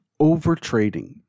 overtrading